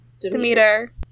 Demeter